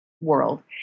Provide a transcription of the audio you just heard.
world